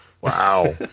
wow